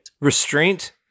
Restraint